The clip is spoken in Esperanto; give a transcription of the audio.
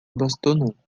bastonon